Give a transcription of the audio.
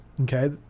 okay